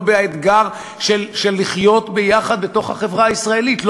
באתגר של לחיות ביחד בתוך החברה הישראלית.